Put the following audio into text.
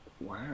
Wow